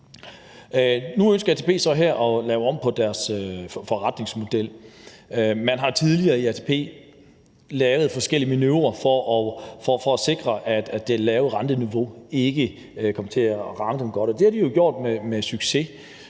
Nu ønsker ATP så her at lave om på deres forretningsmodel. Man har tidligere i ATP lavet forskellige manøvrer for at sikre, at det lave renteniveau ikke kom til at ramme dem, og det har de jo gjort med succes.